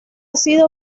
sido